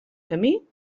camí